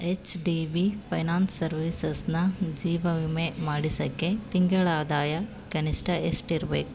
ಹೆಚ್ D B finance ಸರ್ವೀಸಸ್ನ ಜೀವ ವಿಮೆ ಮಾಡಿಸೋಕ್ಕೆ ತಿಂಗಳ ಆದಾಯ ಕನಿಷ್ಟ ಎಷ್ಟಿರಬೇಕು